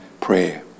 prayer